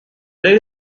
deal